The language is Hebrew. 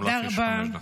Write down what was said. גם לך יש חמש דקות.